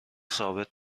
ثابت